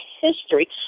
history